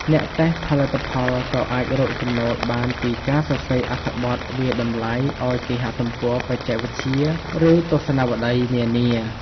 អ្នកតេស្តផលិតផលក៏អាចរកចំណូលបានពីការសរសេរអត្ថបទវាយតម្លៃឱ្យគេហទំព័របច្ចេកវិទ្យា ឬទស្សនាវដ្តីនានា។